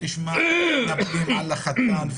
מתנפלים על החתן,